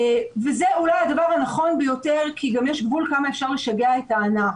וזה אולי הדבר הנכון ביותר כי גם יש גבול כמה אפשר לשגע את הענף.